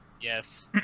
Yes